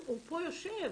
פה יושב.